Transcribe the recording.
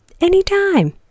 anytime